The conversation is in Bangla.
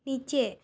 নিচে